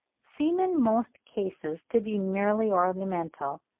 seem in most cases to be merely ornamental,